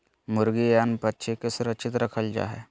मुर्गी या अन्य पक्षि के सुरक्षित रखल जा हइ